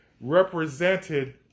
represented